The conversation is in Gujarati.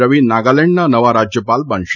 રવિ નાગાલેન્ડના નવા રાજયપાલ બનશે